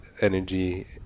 energy